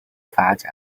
发展